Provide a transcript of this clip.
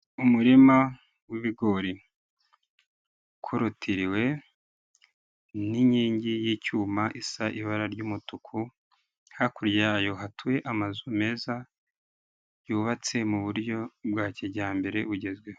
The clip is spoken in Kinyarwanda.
Umurima w'ibigori ukorotiriwe n'inkingi y'icyuma isa ibara ry'umutuku, hakurya yayo hatuye amazu meza yubatse mu buryo bwa kijyambere bugezweho.